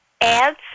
ads